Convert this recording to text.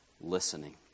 listening